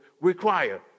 require